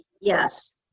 yes